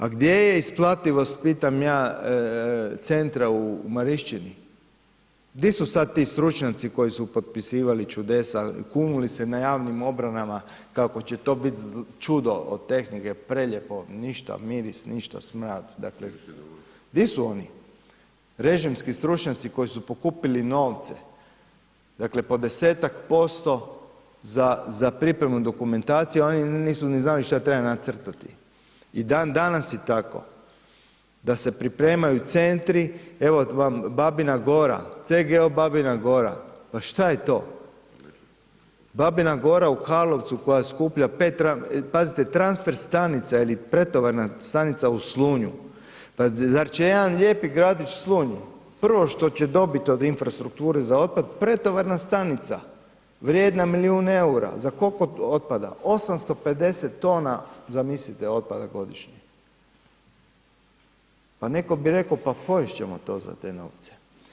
A gdje je isplativost pitam ja centra u Marišćini, di su sad ti stručnjaci koji su potpisivali čudesa, kunuli se na javnim obranama kako će to bit čudo od tehnike, prelijepo, ništa miris, ništa smrad, dakle di su oni, režimski stručnjaci koji su pokupili novce, dakle po desetak posto za, za pripremu dokumentacije, a oni nisu ni znali šta treba nacrtati i dan danas je tako da se pripremaju centri, evo vam Babina Gora, CGO Babina Gora, pa šta je to, Babina Gora u Karlovcu koja skuplja … [[Govornik se ne razumije]] , pazite transfer stanica ili pretovarna stanica u Slunju, pa zar će jedan lijepi gradić Slunj, prvo što će dobit od infrastrukture za otpad, pretovarna stanica vrijedna milijun EUR-a, za koliko otpada, 850 tona zamislite otpada godišnje, pa netko bi rekao pa pojest ćemo to za te novce.